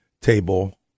table